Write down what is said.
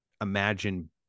imagine